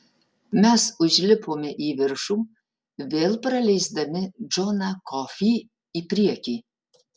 mes užlipome į viršų vėl praleisdami džoną kofį į priekį